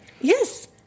Yes